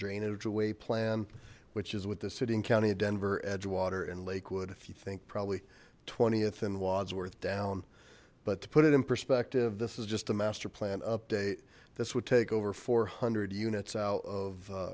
drainage away plan which is with the city and county of denver edgewater in lakewood if you think probably th and wodsworth down but to put it in perspective this is just a master plan update this would take over four hundred units out of